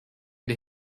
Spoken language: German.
der